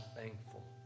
thankful